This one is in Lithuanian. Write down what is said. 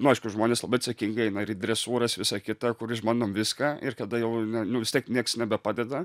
nu aišku žmonės labai atsakingai eina ir į dresūras visa kita kur išbandom viską ir kada jau nu vis tiek nieks nebepadeda